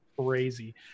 crazy